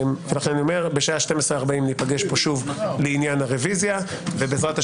בשעה 12:40 ניפגש פה שוב לעניין הרביזיה ובעז"ה